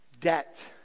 Debt